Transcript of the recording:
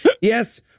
Yes